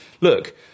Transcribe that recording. Look